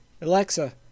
Alexa